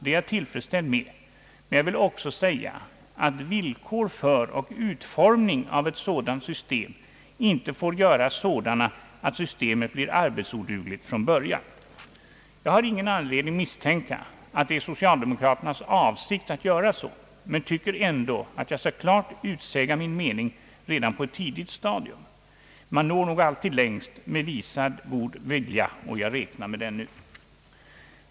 Det är jag tillfredsställd med, men jag vill också säga att villkoren för och utformningen av ett sådant system inte får göras på ett sådant sätt att systemet blir arbetsodugligt från början. Jag har ingen anledning misstänka att det är socialdemokraternas avsikt att göra så, men jag tycker ändå att jag skall klart utsäga min mening redan på ett tidigt stadium. Man når nog altid längst med visad god vilja, och jag räknar med den nu.